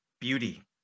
beauty